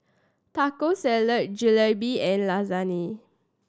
Taco Salad Jalebi and Lasagne